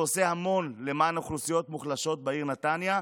ועושה המון למען אוכלוסיות מוחלשות בעיר נתניה,